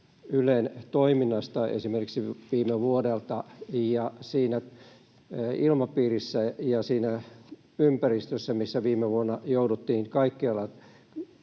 Ylen toiminnasta esimerkiksi viime vuodelta ja siinä ilmapiirissä ja siinä ympäristössä, missä viime vuonna jouduttiin kaikkialla